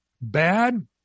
bad